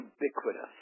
ubiquitous